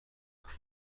معمول